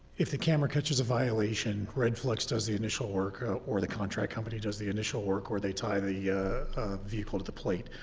if the camera catches a violation, red flex does the initial work or or the contract company does the initial work or they tie the vehicle to the plate.